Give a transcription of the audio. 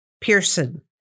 Pearson